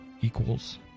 equals